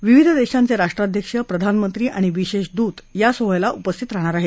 विविध देशांचे राष्ट्राध्यक्ष प्रधानमंत्री आणि विशेष दूत या सोहळ्याला उपस्थित राहणार आहेत